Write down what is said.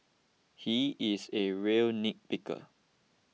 he is a real nitpicker